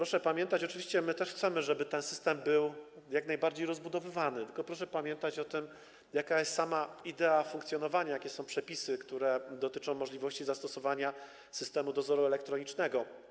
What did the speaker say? Oczywiście my też chcemy, żeby ten system był jak najbardziej rozbudowywany, tylko proszę pamiętać o tym, jaka jest sama idea jego funkcjonowania, jakie są przepisy, które dotyczą możliwości zastosowania systemu dozoru elektronicznego.